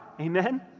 Amen